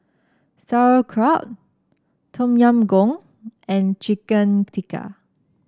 Sauerkraut Tom Yam Goong and Chicken Tikka